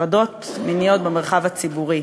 הטרדות מיניות במרחב הציבורי.